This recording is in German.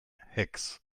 hex